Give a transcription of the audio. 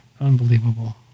unbelievable